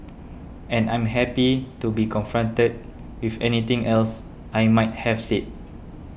and I'm happy to be confronted with anything else I might have said